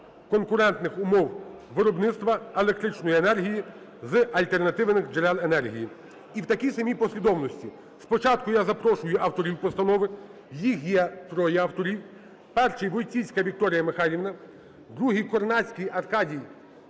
конкурентних умов виробництва електричної енергії з альтернативних джерел енергії". І в такій самій послідовності спочатку я запрошую авторів постанови, їх троє авторів. Перший - Войціцька Вікторія Михайлівна, другий - Корнацький Аркадій